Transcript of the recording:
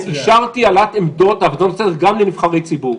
אישרתי העלאת עמדות גם לנבחרי ציבור.